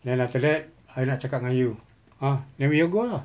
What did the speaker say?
then after that I nak cakap dengan you ah then we all go lah